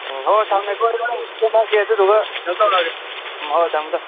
ꯎꯝ ꯍꯣꯏ ꯍꯣꯏ ꯊꯝꯃꯦꯀꯣ ꯒ꯭ꯔꯨꯞ ꯁꯦꯝꯃꯛꯑꯒꯦ ꯑꯗꯨꯗꯨꯒ ꯀꯩꯅꯣ ꯇꯧꯔꯛꯑꯒꯦ ꯎꯝ ꯍꯣꯏ ꯍꯣꯏ ꯊꯝꯃꯣ ꯊꯝꯃꯣ